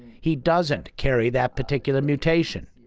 he doesn't carry that particular mutation.